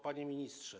Panie Ministrze!